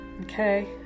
Okay